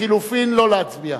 קבוצת קדימה, להצביע?